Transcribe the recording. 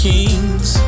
Kings